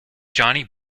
johnny